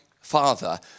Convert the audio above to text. father